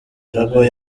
jaguar